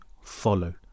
follow